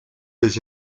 les